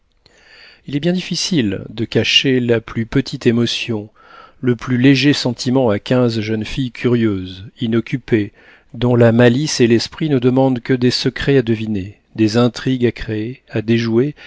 il est bien difficile de cacher la plus petite émotion le plus léger sentiment à quinze jeunes filles curieuses inoccupées dont la malice et l'esprit ne demandent que des secrets à deviner des intrigues à créer à déjouer